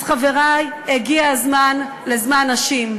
אז, חברי, הגיע הזמן לזמן נשים.